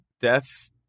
deaths